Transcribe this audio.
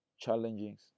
challenges